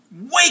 Wake